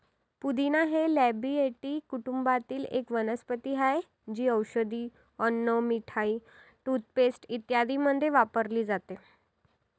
पुदिना हे लॅबिएटी कुटुंबातील एक वनस्पती आहे, जी औषधे, अन्न, मिठाई, टूथपेस्ट इत्यादींमध्ये वापरली जाते